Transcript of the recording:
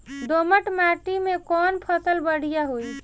दोमट माटी में कौन फसल बढ़ीया होई?